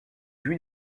vue